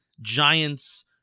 Giants